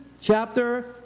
chapter